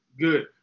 good